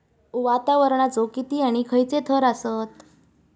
वातावरणाचे किती आणि खैयचे थर आसत?